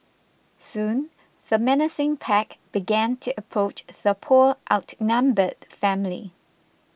soon the menacing pack began to approach the poor outnumbered family